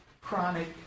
chronic